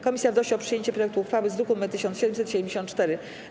Komisja wnosi o przyjęcie projektu uchwały z druku nr 1774.